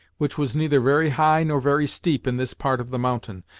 which was neither very high nor very steep in this part of the mountain,